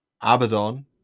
Abaddon